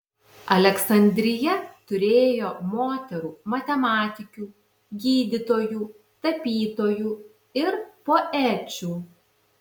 aleksandrija turėjo moterų matematikių gydytojų tapytojų ir poečių